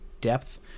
Depth